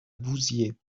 vouziers